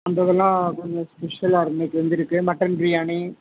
அந்த இதெல்லாம் கொஞ்சம் ஸ்பெஷலாக இன்றைக்கி வந்து இருக்குது மட்டன் பிரியாணி